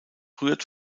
rührt